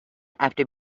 after